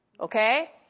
Okay